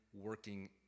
working